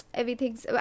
everything's